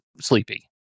sleepy